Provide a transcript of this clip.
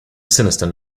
sinister